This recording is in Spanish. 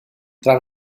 tras